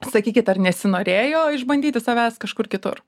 sakykit ar nesinorėjo išbandyti savęs kažkur kitur